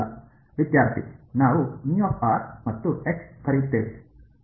ವಿದ್ಯಾರ್ಥಿನಾವು ಮತ್ತು ಕರೆಯುತ್ತೇವೆ